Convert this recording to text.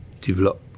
develop